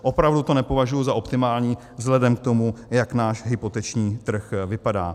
Opravdu to nepovažuji za optimální vzhledem k tomu, jak náš hypoteční trh vypadá.